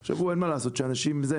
עכשיו, אין מה לעשות, אנשים לא